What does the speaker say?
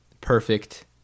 perfect